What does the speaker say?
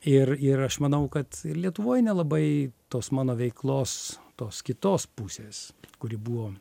ir ir aš manau kad ir lietuvoj nelabai tos mano veiklos tos kitos pusės kuri buvo